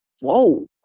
whoa